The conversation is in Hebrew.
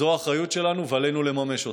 זו האחריות שלנו ועלינו לממש אותה.